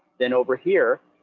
then over here,